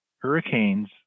hurricanes